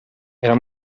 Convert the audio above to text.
era